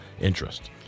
interest